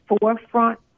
forefront